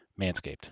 Manscaped